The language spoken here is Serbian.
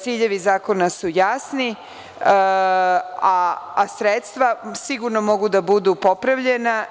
Ciljevi zakona su jasni, a sredstva sigurno mogu da budu popravljena.